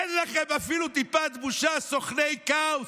אין לכם אפילו טיפת בושה, סוכני כאוס?